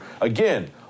Again